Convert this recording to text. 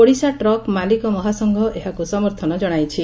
Odisha truck ମାଲିକ ମହାସଂଘ ଏହାକୁ ସମର୍ଥନ ଜଶାଇଛି